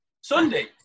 Sunday